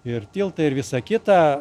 ir tiltą ir visa kita